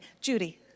judy